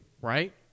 right